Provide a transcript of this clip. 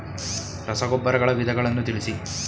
ರಸಗೊಬ್ಬರಗಳ ವಿಧಗಳನ್ನು ತಿಳಿಸಿ?